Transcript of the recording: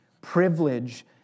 privilege